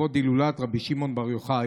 לכבוד הילולת רבי שמעון בר יוחאי,